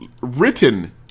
written